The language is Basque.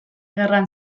gerran